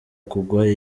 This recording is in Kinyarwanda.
kugwa